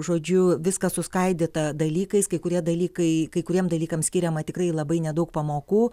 žodžiu viskas suskaidyta dalykais kai kurie dalykai kai kuriem dalykams skiriama tikrai labai nedaug pamokų